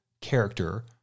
character